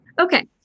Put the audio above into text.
Okay